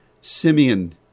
Simeon